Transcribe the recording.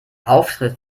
auftritt